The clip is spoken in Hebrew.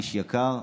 איש יקר.